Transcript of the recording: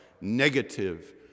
negative